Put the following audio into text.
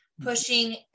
pushing